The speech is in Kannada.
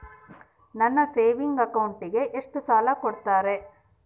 ನನ್ನ ಸೇವಿಂಗ್ ಅಕೌಂಟಿಗೆ ಎಷ್ಟು ಸಾಲ ಕೊಡ್ತಾರ?